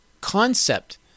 concept